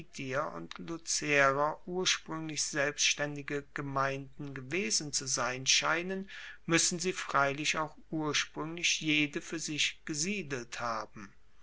und lucerer urspruenglich selbstaendige gemeinden gewesen zu sein scheinen muessen sie freilich auch urspruenglich jede fuer sich gesiedelt haben